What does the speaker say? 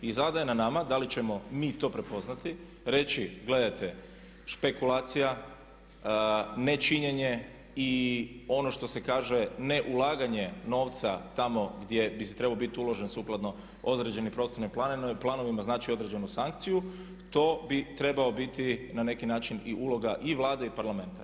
I sada je na nama da li ćemo mi to prepoznati, reći, gledajte špekulacija, nečinjenje i ono što se kaže neulaganje novca tamo gdje bi trebao biti uložen sukladno određenim prostornim planovima, znači određenu sankciju, to bi trebao biti na neki način i uloga i Vlade i parlamenta.